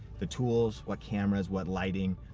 the tools, what cameras, what lighting,